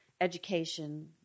education